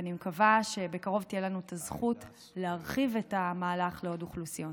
ואני מקווה שבקרוב תהיה לנו הזכות להרחיב את המהלך לעוד אוכלוסיות.